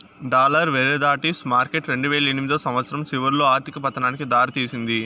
dollar derivatives market రెండువేల ఎనిమిదో సంవచ్చరం చివరిలో ఆర్థిక పతనానికి దారి తీసింది